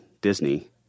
Disney